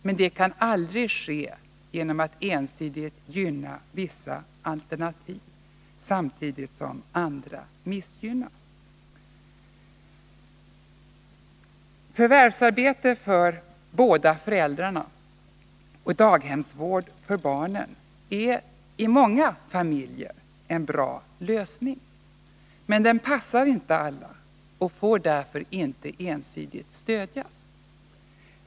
Men det kan aldrig ske genom att ensidigt gynna vissa alternativ samtidigt som andra missgynnas. Förvärvsarbete för båda föräldrarna och daghemsvård för barnen är i många familjer en bra lösning. Men den passar inte alla och får därför inte ensidigt stödjas.